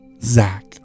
Zach